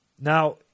Now